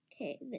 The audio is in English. Okay